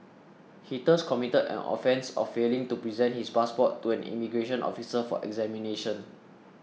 he thus committed an offence of failing to present his passport to an immigration officer for examination